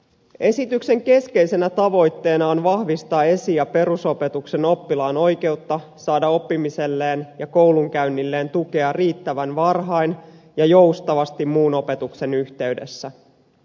esityksen keskeisenä tavoitteena on vahvistaa esi ja perusopetuksen oppilaan oikeutta saada oppimiselleen ja koulunkäynnilleen tukea riittävän varhain ja joustavasti muun opetuksen yhteydessä